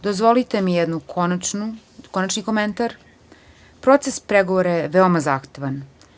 Dozvolite mi konačni komentar, proces pregovora je veoma zahtevan.